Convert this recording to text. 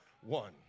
one